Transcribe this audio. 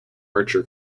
archer